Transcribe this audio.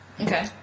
Okay